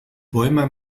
poema